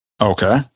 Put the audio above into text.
Okay